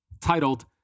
titled